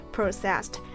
processed